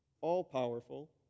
all-powerful